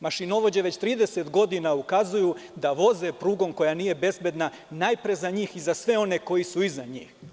Mašinovođe već 30 godina ukazuju da voze prugom koja nije bezbedna najpre za njih i za sve one koje su iznad njih.